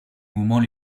moments